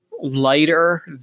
lighter